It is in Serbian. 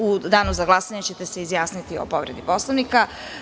U danu za glasanje ćete se izjasniti o povredi Poslovnika.